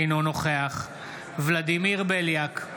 אינו נוכח ולדימיר בליאק,